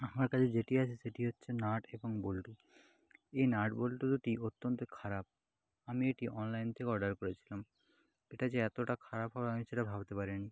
আমার কাছে যেটি আছে সেটি হচ্ছে নাট এবং বল্টু এই নাট বল্টু দুটি অত্যন্ত খারাপ আমি এটি অনলাইন থেকে অর্ডার করেছিলাম এটা যে এতটা খারাপ হবে আমি সেটা ভাবতে পারিনি